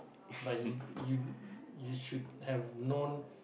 but you you you should have known